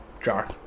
jar